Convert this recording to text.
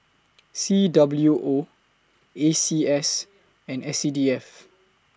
C W O A C S and S C D F